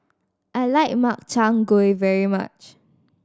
I like Makchang Gui very much